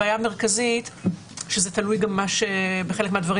הבעיה המרכזית היא שזה תלוי גם בחלק מהדברים